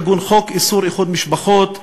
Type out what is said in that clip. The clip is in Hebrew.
כגון חוק איסור איחוד משפחות,